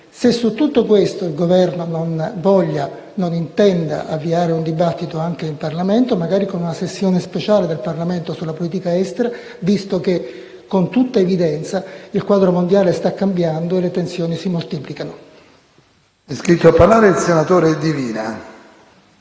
se su tutto questo il Governo non intenda avviare un dibattito anche in Parlamento, magari con una sessione speciale sulla politica estera, visto che con tutta evidenza il quadro mondiale sta cambiando e le tensioni si moltiplicano.